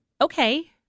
okay